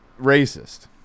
racist